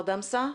דמסה.